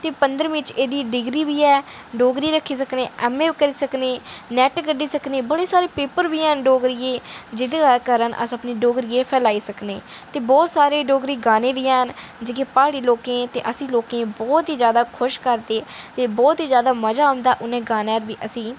ते पं'दरमीं च एह्दी डिग्री बी ऐ डोगरी रक्खी सकने ऐम्म ए करी सकने नैट्ट कड्ढी सकने बड़े हारे पेपर बी हैन डोगरी च जेह्दे कारण अस अपनी डोगरी गी फैलाई सकने ते बहुत सारे डोगरी गाने बी हैन जेह्के प्हाड़ी लोकें ई ते असें लोकें ई बहुत ही जैदा खुश करदे ते बहुत ही जैदा मजा औंदा उ'नें गानें गी असें ई